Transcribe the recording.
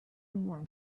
want